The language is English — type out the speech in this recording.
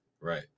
Right